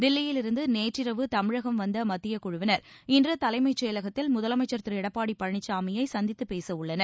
தில்லியிலிருந்து நேற்றிரவு தமிழகம் வந்த மத்திய குழுவினா் இன்று தலைமைசெயலகத்தில் முதலமைச்சர் திரு எடப்பாடி பழனிசாமியை சந்தித்து பேச உள்ளனர்